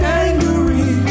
angry